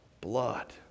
blood